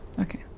okay